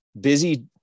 busy